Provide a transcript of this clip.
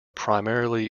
primarily